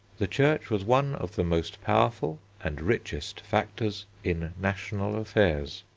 the church was one of the most powerful and richest factors in national affairs.